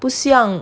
不像